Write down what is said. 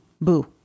boo